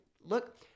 look